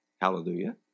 Hallelujah